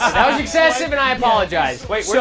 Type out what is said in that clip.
that was excessive, and i apologize. wait.